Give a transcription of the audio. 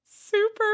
super